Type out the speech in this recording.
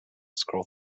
scroll